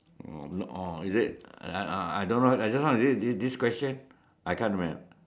oh oh is it I I I don't know I don't know is it this question I can't remember